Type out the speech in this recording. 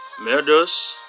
murders